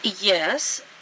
Yes